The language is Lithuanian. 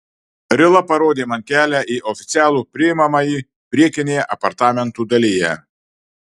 rila parodė man kelią į oficialų priimamąjį priekinėje apartamentų dalyje